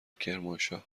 کرمانشاه